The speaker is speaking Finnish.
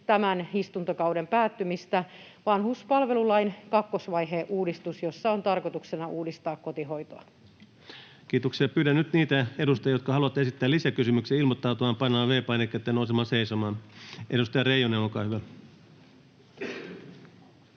tämän istuntokauden päättymistä vanhuspalvelulain kakkosvaiheen uudistus, jossa on tarkoituksena uudistaa kotihoitoa. Kiitoksia. — Pyydän nyt niitä edustajia, jotka haluavat esittää lisäkysymyksiä, ilmoittautumaan painamalla V-painiketta ja nousemalla seisomaan. — Edustaja Reijonen, olkaa hyvä.